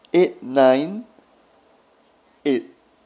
eight nine eight